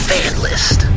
FanList